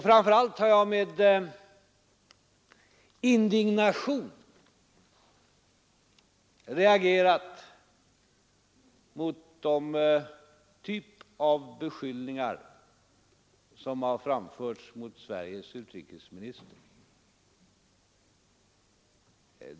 Framför allt har jag med indignation reagerat mot den typ av beskyllningar som framförts mot Sveriges utrikesminister.